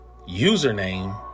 username